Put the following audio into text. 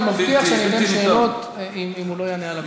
אני מבטיח שאני אתן שאלות אם הוא לא יענה על הכול,